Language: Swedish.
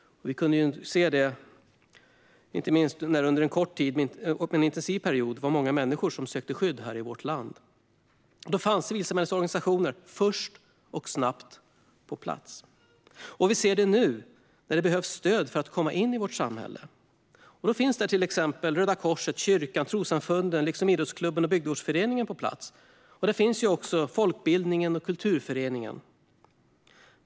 Inte minst kunde vi se detta när det under en kort men intensiv period var många människor som sökte skydd i vårt land. Då fanns civilsamhällets organisationer först och snabbt på plats. Vi ser det även nu när det behövs stöd för att komma in i vårt samhälle. Då finns till exempel Röda Korset, kyrkan och trossamfunden liksom idrottsklubben och bygdegårdsföreningen på plats. Där finns också folkbildningen och kulturföreningen.